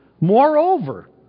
Moreover